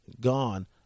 gone